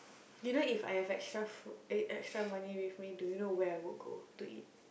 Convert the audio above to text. you know If I have extra food eh extra money with me do you know where I would go to eat